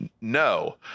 no